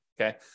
okay